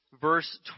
verse